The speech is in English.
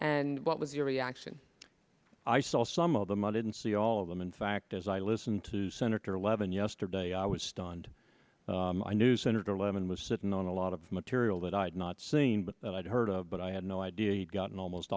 and what was your reaction i saw some of the mud and see all of them in fact as i listened to senator levin yesterday i was stunned i knew senator levin was sitting on a lot of material that i had not seen but that i'd heard of but i had no idea he'd gotten almost